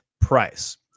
price